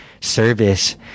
service